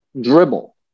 dribble